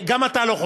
גם אתה לא חושד.